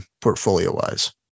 portfolio-wise